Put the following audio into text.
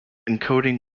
encoding